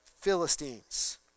Philistines